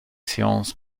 sciences